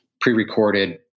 Pre-recorded